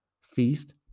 Feast